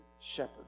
shepherd